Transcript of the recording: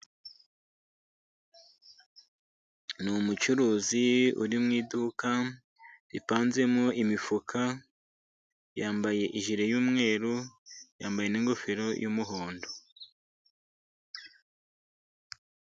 N'umucuruzi uri mu iduka ripanzemo imifuka, yambaye ijiri y'umweru, yambaye n'ingofero y'umuhondo.